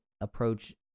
approach